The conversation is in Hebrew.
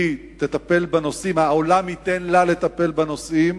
היא תטפל בנושאים, העולם ייתן לה לטפל בנושאים